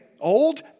Old